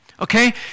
Okay